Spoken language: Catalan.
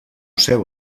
seu